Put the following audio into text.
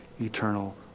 eternal